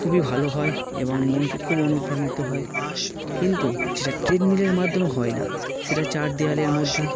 খুবই ভালো হয় এবং মনকে খুব অনুপ্রাণিত হয় কিন্তু যেটা ট্রেডমিলের মাধ্যমে হয় না সেটা চার দেওয়ালের মধ্যে